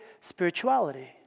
spirituality